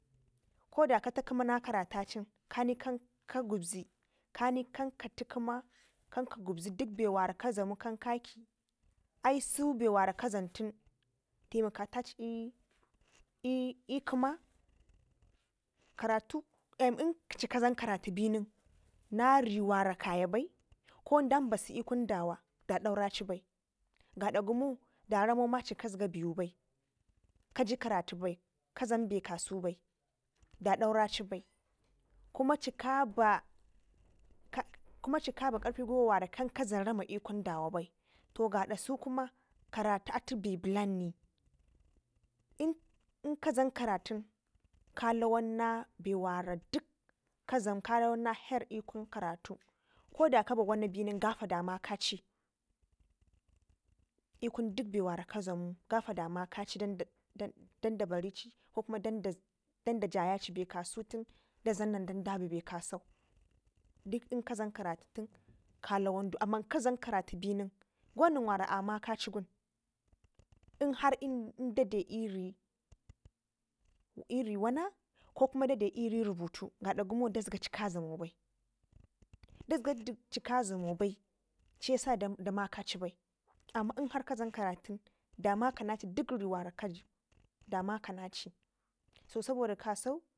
koda kata gema na karatacin ka gwibzi kani kan kati gema kan ka gwibzi dik be wara ka dlamu kan kaki aisu bewara ka dlamtun taimaka nenaci i i i'kima karaty inci ka dlam karatu benen na riwana kaya bai ko dan basu i'kun dawa da dauracibai gada gumo daramo maci kazga biwu bai kaji karaty bai ka dlam be kasi bai da dauraci bai kuma ci kabi kuma ci kabi karfin gwiwa wara ka dlam rama i'kin dawa to gaɗasu kuma karatu atu be blan ne inka dlam karatun ka dina bewara dik dlama lawan na herr i'kun karatu koda kaba wana binen gafa da maka ci dan da dan da ba nci ko kuma dan dan da ja yici be kasu tun da dlam nana dan dabi be aratin kalawandu amman in ka dlam karatun be nin go nen wara amaka ci i'nhar indade iri iri wan ko kuma iri ributu dazkadu ci ka damo bai shi yasa da makadi bai amma inhar ka dlam kara tun damakanaci dik riwara kahin damakanaci so saboda kasen.